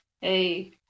Hey